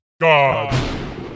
God